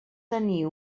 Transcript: tenir